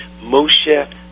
Moshe